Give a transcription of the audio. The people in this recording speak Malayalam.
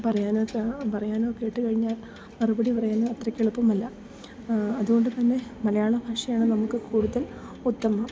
പറയാനൊക്കെ പറയാനോ കേട്ടു കഴിഞ്ഞാൽ മറുപടി പറയാനോ അത്രക്ക് എളുപ്പമല്ല അത്കൊണ്ടു തന്നെ മലയാളഭാഷയാണ് നമുക്ക് കൂടുതൽ ഉത്തമം